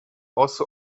also